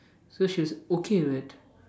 so she was okay with it